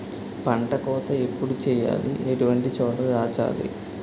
పంట కోత ఎప్పుడు చేయాలి? ఎటువంటి చోట దాచాలి?